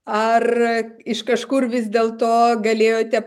ar iš kažkur vis dėlto galėjote